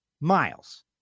miles